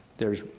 there's